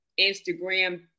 Instagram